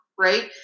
Right